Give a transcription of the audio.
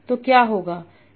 तो क्या होगा